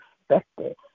expected